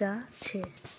जा छे